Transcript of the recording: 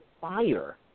fire